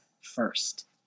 first